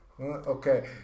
Okay